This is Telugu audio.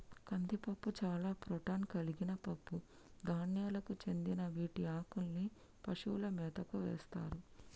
కందిపప్పు చాలా ప్రోటాన్ కలిగిన పప్పు ధాన్యాలకు చెందిన వీటి ఆకుల్ని పశువుల మేతకు వేస్తారు